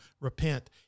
repent